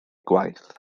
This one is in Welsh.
gwaith